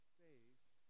face